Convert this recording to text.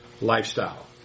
lifestyle